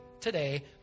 today